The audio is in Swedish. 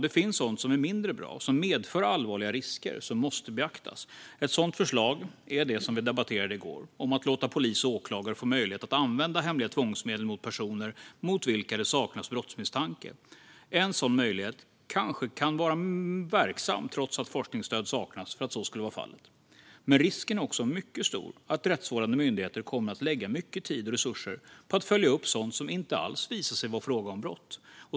Det finns dock sådant som är mindre bra och som medför allvarliga risker som måste beaktas, såsom det förslag som vi debatterade i går, att låta polis och åklagare få möjlighet att använda hemliga tvångsmedel mot personer mot vilka det saknas brottsmisstanke. En sådan möjlighet kan kanske vara verksam, trots att forskningsstöd saknas för att så skulle vara fallet, men risken är mycket stor att rättsvårdande myndigheter kommer att lägga mycket tid och resurser på att följa upp sådant som inte alls visar sig vara fråga om brott.